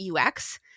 UX